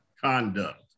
conduct